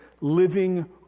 living